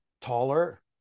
taller